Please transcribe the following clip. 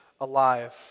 alive